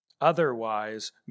Otherwise